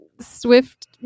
Swift